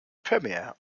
premier